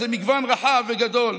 זה מגוון רחב וגדול.